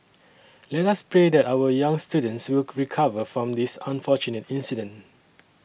let us pray that our young students will recover from this unfortunate incident